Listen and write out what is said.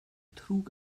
trug